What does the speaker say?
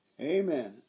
Amen